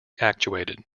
actuated